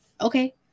Okay